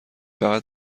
فقط